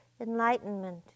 enlightenment